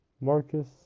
Marcus